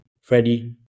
Freddie